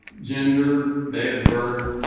gender, date of birth,